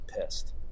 pissed